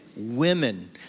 Women